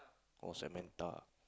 or Samantha